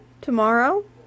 tomorrow